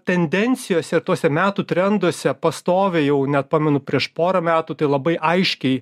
tendencijose tose metų trenduose pastoviai jau net pamenu prieš porą metų tai labai aiškiai